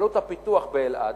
עלות הפיתוח באלעד,